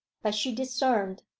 but she discerned,